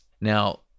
Now